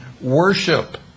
worship